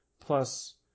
plus